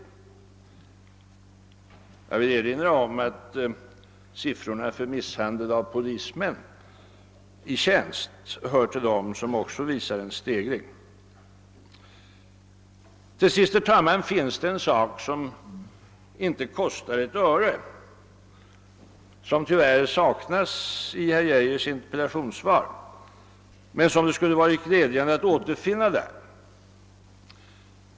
Jag vill erinra om att siffrorna för misshandel av polismän i tjänst hör till dem som också visar en stegring. Till sist, herr talman, finns det en sak som inte kostar ett öre, som tyvärr saknas i herr Geijers interpellationssvar men som det skulle varit glädjande att återfinna där.